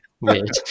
weird